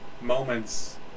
moments